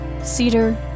cedar